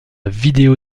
vidéo